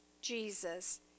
Jesus